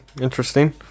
interesting